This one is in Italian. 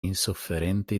insofferente